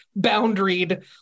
boundaried